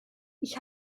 ich